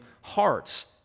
hearts